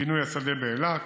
פינוי השדה באילת.